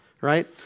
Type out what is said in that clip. right